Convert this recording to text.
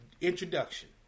introduction